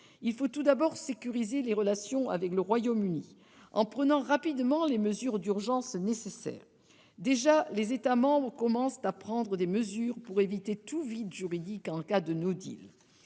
il faut tout d'abord sécuriser les relations avec le Royaume-Uni, en prenant rapidement les mesures d'urgence nécessaires. Déjà, les États membres commencent à prendre des mesures pour éviter tout vide juridique en cas de la